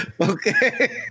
Okay